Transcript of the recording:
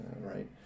right